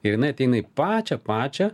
ir jinai ateina į pačią pačią